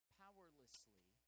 powerlessly